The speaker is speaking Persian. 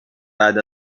بعد